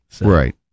Right